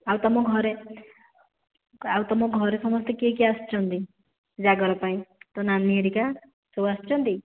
ଆଉ ତୁମ ଘରେ ଆଉ ତୁମ ଘରେ ସମସ୍ତେ କିଏ କିଏ ଆସିଛନ୍ତି ଜାଗର ପାଇଁ ତୋ ନାନୀ ହେରିକା ସବୁ ଆସିଛନ୍ତି